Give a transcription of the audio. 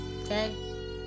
okay